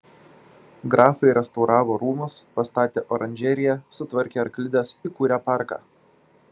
grafai restauravo rūmus pastatė oranžeriją sutvarkė arklides įkūrė parką